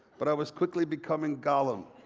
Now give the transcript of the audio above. but i was quickly becoming gollum.